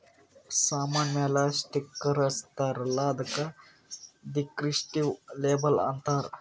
ಸಾಮಾನ್ ಮ್ಯಾಲ ಸ್ಟಿಕ್ಕರ್ ಹಚ್ಚಿರ್ತಾರ್ ಅಲ್ಲ ಅದ್ದುಕ ದಿಸ್ಕ್ರಿಪ್ಟಿವ್ ಲೇಬಲ್ ಅಂತಾರ್